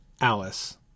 Alice